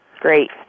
Great